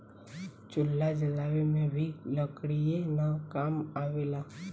चूल्हा जलावे में भी लकड़ीये न काम आवेला